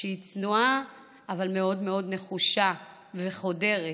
היא צנועה אבל מאוד מאוד נחושה וחודרת.